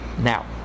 Now